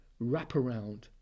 wraparound